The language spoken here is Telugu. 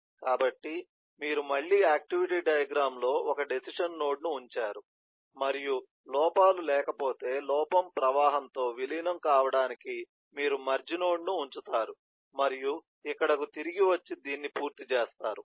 కాబట్టి మీరు మళ్ళీ ఆక్టివిటీ డయాగ్రమ్ లో ఒక డెసిషన్ నోడ్ను ఉంచారు మరియు లోపాలు లేకపోతే లోపం ప్రవాహంతో విలీనం కావడానికి మీరు మెర్జ్ నోడ్ను ఉంచుతారు మరియు ఇక్కడకు తిరిగి వచ్చి దీన్ని పూర్తి చేస్తారు